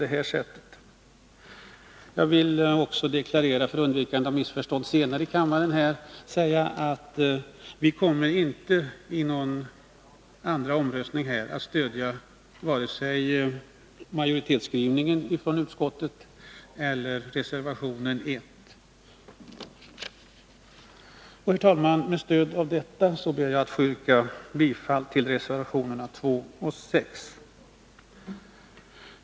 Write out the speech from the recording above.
tets verksamhets Jag vill också deklarera, för undvikande av missförstånd senare i område kammaren, att vi inte i någon andra omröstning kommer att stödja vare sig utskottets majoritetsskrivning eller reservationen 1. Herr talman! Med stöd av det anförda ber jag att få yrka bifall till reservationerna 2 och 6.